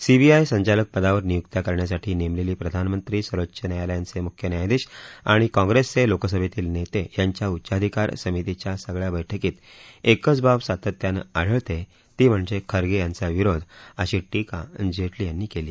CBI संचालक पदावर नियुक्त्या करण्यासाठी नेमलेली प्रधानमंत्री सर्वोच्च न्यायालांचे मुख्य न्यायाधीश आणि काँग्रेसचे लोकसभेतील नेते यांच्या उच्चाधिकार समीतीच्या सगळया बैठकीत एकच बाब सातत्यानं आढळते ती म्हणजे खर्गे यांचा विरोध अशी टीका जेटली यांनी केली